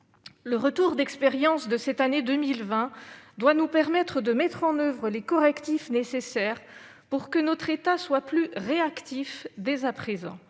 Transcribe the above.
Le retour d'expérience sur l'année 2020 doit nous permettre de mettre en oeuvre les correctifs nécessaires, afin que notre État soit, dès à présent,